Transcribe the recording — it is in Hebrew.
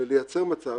ולייצר מצב